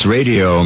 Radio